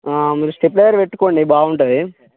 మీరు స్టెప్లైజర్ పెట్టుకోండి బాగుంటుంది